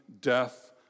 death